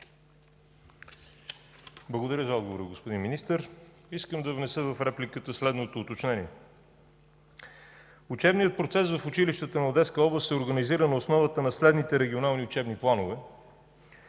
Благодаря за отговора, господин Министър. Искам да внеса в репликата следното уточнение. Учебният процес в училищата на Одеска област се организира на основата на следните регионални учебни планове,